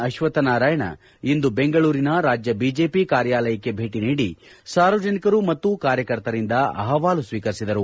ಅಶ್ವಥ್ ನಾರಾಯಣ್ ಇಂದು ಬೆಂಗಳೂರಿನ ರಾಜ್ಯ ಬಿಜೆಪಿ ಕಾರ್ಯಾಲಯಕ್ಕೆ ಭೇಟಿ ನೀಡಿ ಸಾರ್ವಜನಿಕರು ಮತ್ತು ಕಾರ್ಯಕರ್ತರಿಂದ ಅಹವಾಲು ಸ್ವೀಕರಿಸಿದರು